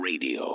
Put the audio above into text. Radio